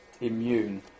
immune